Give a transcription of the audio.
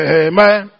amen